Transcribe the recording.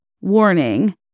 warning